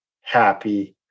happy